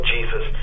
Jesus